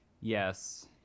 yes